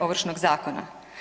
Ovršnog zakona.